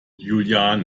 juliane